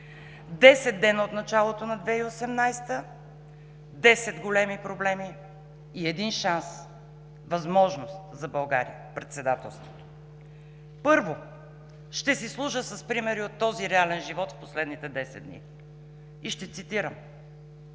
дни от началото на 2018 г., десет големи проблема и един шанс, възможност за България – Председателството. Първо, ще си служа с примери от този реален живот в последните десет дни и ще цитирам: